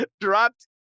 dropped